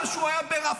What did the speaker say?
אחרי שהוא היה ברפיח,